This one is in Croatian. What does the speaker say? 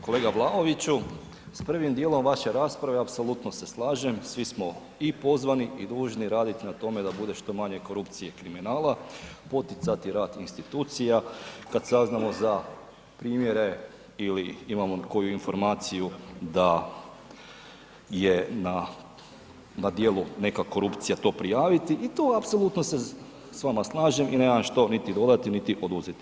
Kolega Vlaoviću, s prvim dijelom vaše rasprave apsolutno se slažem, svi smo i pozvani i dužni raditi na tome da bude što manje korupcije i kriminala, poticati rad institucija kad saznamo za primjere ili imamo koju informaciju da je na dijelu neka korupcija to prijaviti i to apsolutno se s vama slažem i nema što niti dodati, niti oduzeti.